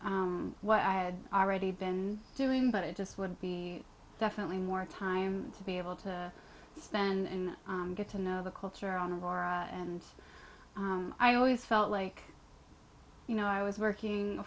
what i had already been doing but it just would be definitely more time to be able to spend and get to know the culture on aurora and i always felt like you know i was working a